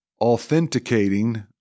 authenticating